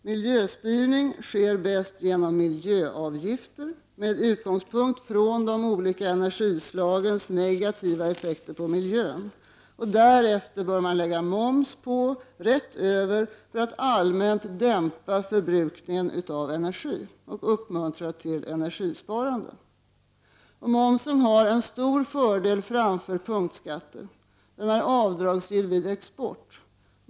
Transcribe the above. Miljöstyrningen sker bäst genom miljöavgifter med utgångspunkt i de olika energislagens negativa effekter på miljön. Därefter bör moms läggas på rätt över för att allmänt dämpa förbrukningen av energi och uppmuntra till energisparande. Momsen har en stor fördel framför punktskatter: Den är avdragsgill vid export.